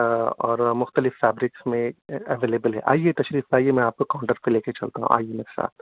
اور مختلف فیبرکس میں اویلیبل ہے آئیے تشریف لائیے میں آپ کو کاؤنٹر پہ لے کے چلتا ہوں آئیے میرے ساتھ